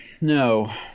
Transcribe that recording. No